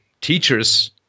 teachers